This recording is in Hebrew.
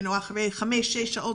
אחרי חמש-שש שעות,